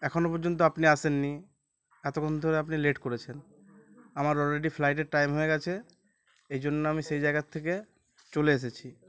এখনও পর্যন্ত আপনি আসেন নি এতক্ষণ ধরে আপনি লেট করেছেন আমার অলরেডি ফ্লাইটের টাইম হয়ে গেছে এই জন্য আমি সেই জায়গার থেকে চলে এসেছি